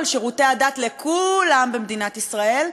לשירותי הדת לכולם במדינת ישראל,